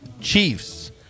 Chiefs